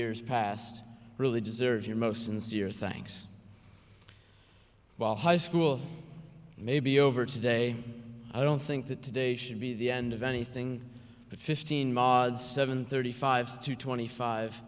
years past really deserve your most sincere thanks while high school may be over today i don't think that today should be the end of anything but fifteen maad seven thirty five's to twenty five